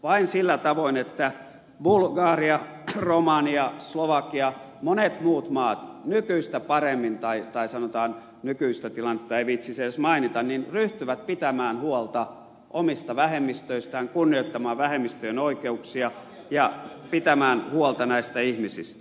vain sillä tavoin että bulgaria romania slovakia monet muut maat nykyistä paremmin tai sanotaan nykyistä tilannetta ei viitsisi edes mainita ryhtyvät pitämään huolta omista vähemmistöistään kunnioittamaan vähemmistöjen oikeuksia ja pitämään huolta näistä ihmisistä